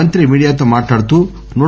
మంత్రి మీడియాతో మాట్లాడుతూ